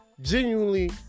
genuinely